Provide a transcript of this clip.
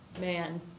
man